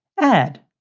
ad.